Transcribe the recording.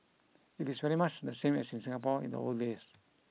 it is very much the same as in Singapore in the old days